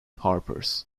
harpers